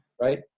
right